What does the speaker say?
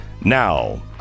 now